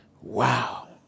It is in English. Wow